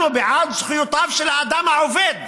אנחנו בעד זכויותיו של האדם העובד